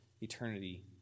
eternity